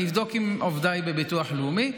אני אבדוק עם עובדיי בביטוח לאומי,